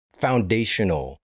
foundational